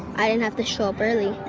i didn't have to show up early.